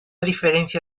diferencia